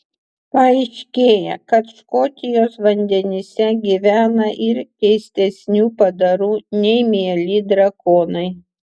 paaiškėja kad škotijos vandenyse gyvena ir keistesnių padarų nei mieli drakonai